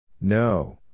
No